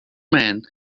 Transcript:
man